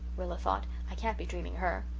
rilla thought. i can't be dreaming her.